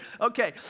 Okay